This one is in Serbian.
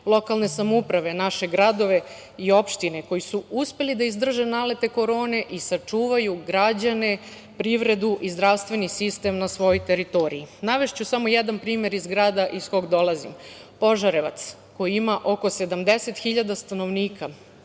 lokalne samouprave, naše gradove i opštine, koji su uspeli da izdrže nalete korone i sačuvaju građane, privredu i zdravstveni sistem na svojoj teritoriji. Navešću samo jedan primer iz grada iz kog dolazim, Požarevac, koji ima oko 70 hiljada stanovnika.